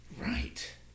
Right